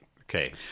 Okay